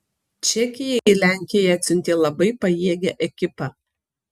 čekija į lenkiją atsiuntė labai pajėgią ekipą